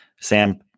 Sam